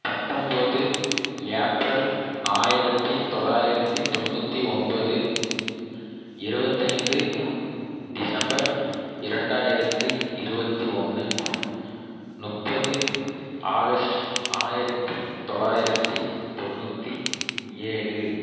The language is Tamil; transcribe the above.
பத்தொம்பது ஏப்ரல் ஆயிரத்து தொள்ளாயிரத்தி தொண்ணூற்றி ஒன்பது இருபத்தைந்து டிசம்பர் இரண்டாயிரத்து இருபத்தி ஒன்று முப்பது ஆகஸ்ட் ஆயிரத்து தொள்ளாயிரத்தி தொண்ணூற்றி ஏழு